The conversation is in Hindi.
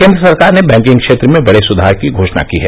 केन्द्र सरकार ने बैंकिंग क्षेत्र में बड़े सुधार की घोषणा की है